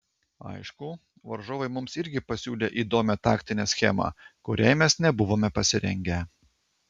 aišku varžovai mums irgi pasiūlė įdomią taktinę schemą kuriai mes nebuvome pasirengę